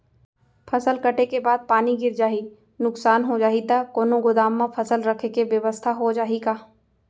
फसल कटे के बाद पानी गिर जाही, नुकसान हो जाही त कोनो गोदाम म फसल रखे के बेवस्था हो जाही का?